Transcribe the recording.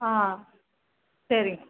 ஆ சரிங்க